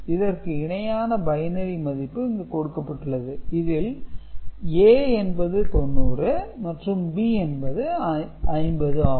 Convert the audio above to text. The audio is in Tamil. இதற்கு இணையான பைனரி மதிப்பு இங்கு கொடுக்கப்பட்டுள்ளது இதில் A என்பது 90 மேலும் B என்பது 50 ஆகும்